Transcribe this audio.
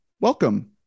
welcome